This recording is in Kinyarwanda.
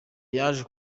yaje